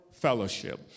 fellowship